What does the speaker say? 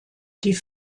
die